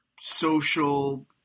social